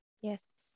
Yes